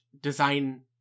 design